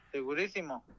Segurísimo